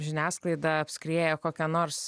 žiniasklaidą apskrieja kokia nors